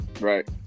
Right